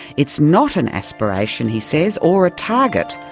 it's not an aspiration, he says, or a target,